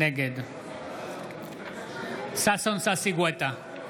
נגד ששון ששי גואטה,